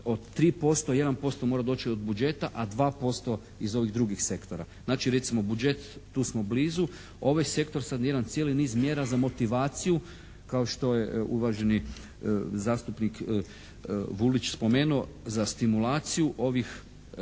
3% 1% mora doći od budžeta, a 2% iz ovih drugih sektora. Znači recimo budžet tu smo blizu, ovaj sektor sad jedan cijeli niz mjera za motivaciju kao što je uvaženi zastupnik Vulić spomenuo za stimulaciju ovih